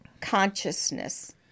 consciousness